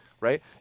right